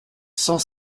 cent